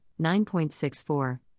9.64